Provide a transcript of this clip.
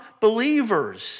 believers